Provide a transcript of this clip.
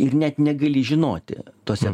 ir net negali žinoti tose